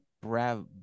Brav